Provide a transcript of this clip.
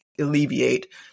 alleviate